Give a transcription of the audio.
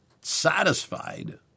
satisfied